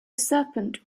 serpent